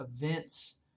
events